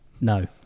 no